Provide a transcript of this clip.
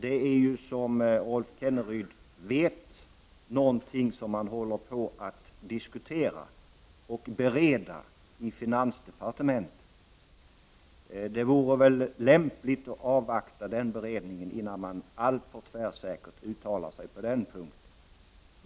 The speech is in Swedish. Som han vet är det någonting som för närvarande diskuteras och bereds i finansdepartementet, och det vore lämpligt att avvakta den beredningen innan man uttalar sig alltför tvärsäkert på den punkten.